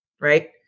Right